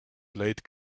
blade